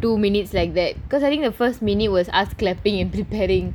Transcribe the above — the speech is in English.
like that because I think the first minute was us clapping and preparing